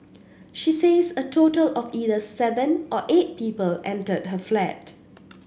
she says a total of either seven or eight people entered her flat